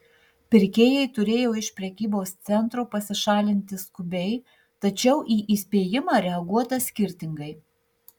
pirkėjai turėjo iš prekybos centro pasišalinti skubiai tačiau į įspėjimą reaguota skirtingai